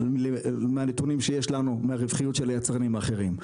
מהנתונים שיש לנו מהרווחיות של יצרנים אחרים.